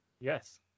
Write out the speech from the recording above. Yes